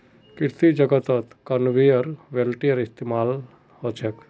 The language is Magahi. कृषि जगतत कन्वेयर बेल्टेर इस्तमाल छेक